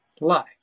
lie